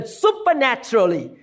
supernaturally